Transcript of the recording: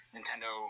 Nintendo